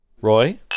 Roy